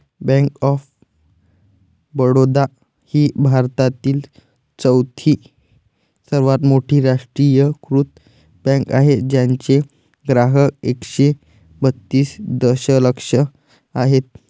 bank of Baroda ही भारतातील चौथी सर्वात मोठी राष्ट्रीयीकृत बँक आहे ज्याचे ग्राहक एकशे बत्तीस दशलक्ष आहेत